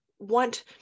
want